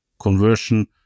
conversion